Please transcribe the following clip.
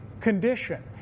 condition